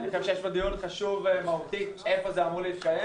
אני חושב שיש פה דיון מהותי חשוב איפה זה אמור להתקיים.